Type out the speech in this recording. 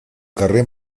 carrer